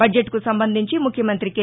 budget కు సంబంధించి ముఖ్యమంత్రి కె